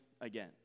again